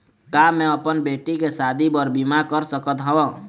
का मैं अपन बेटी के शादी बर बीमा कर सकत हव?